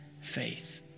faith